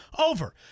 Over